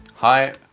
Hi